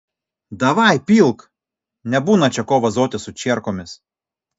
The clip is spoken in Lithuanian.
davai pilk nebūna čia ko vazotis su čierkomis